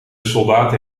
soldaten